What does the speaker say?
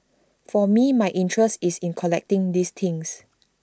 for me my interest is in collecting these things